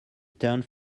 turned